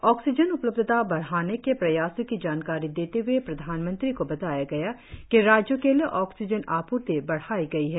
oxygen उपलब्धता बढ़ाने के प्रयासों की जानकारी देते हुए प्रधानमंत्री को बताया गया कि राज्यों के लिये ऑक्सीजन आपूर्ति बढ़ाई गई है